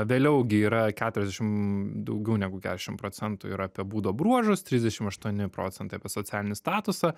vėliau gi yra keturiasdešim daugiau negu keturiasdešim procentų yra apie būdo bruožus trisdešim aštuoni procentai apie socialinį statusą